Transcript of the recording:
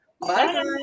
bye